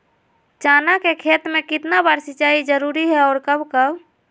चना के खेत में कितना बार सिंचाई जरुरी है और कब कब?